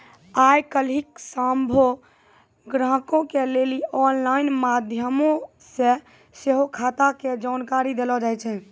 आइ काल्हि सभ्भे ग्राहको के लेली आनलाइन माध्यमो से सेहो खाता के जानकारी देलो जाय छै